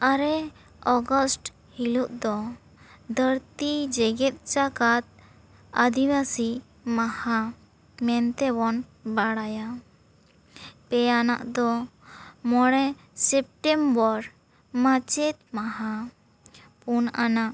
ᱟᱨᱮ August ᱦᱤᱞᱚᱜ ᱫᱚ ᱫᱷᱟᱹᱨᱛᱤ ᱡᱮᱜᱮᱛ ᱡᱟᱠᱟᱛ ᱟᱹᱫᱤᱵᱟᱹᱥᱤ ᱢᱟᱦᱟ ᱢᱮᱱᱛᱮ ᱵᱚᱱ ᱵᱟᱲᱟᱭᱟ ᱯᱮᱭᱟᱱᱟᱜ ᱫᱚ ᱢᱚᱬᱮ ᱥᱮᱯᱴᱮᱢᱵᱚᱨ ᱢᱟᱪᱮᱫ ᱢᱟᱦᱟ ᱯᱩᱱ ᱟᱱᱟᱜ